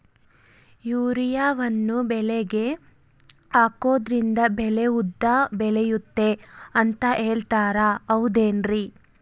ಯೂರಿಯಾವನ್ನು ಬೆಳೆಗೆ ಹಾಕೋದ್ರಿಂದ ಬೆಳೆ ಉದ್ದ ಬೆಳೆಯುತ್ತೆ ಅಂತ ಹೇಳ್ತಾರ ಹೌದೇನ್ರಿ?